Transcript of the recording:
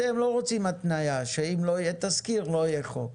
אתם לא רוצים התניה שאם לא יהיה תזכיר לא יהיה חוק,